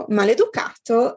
maleducato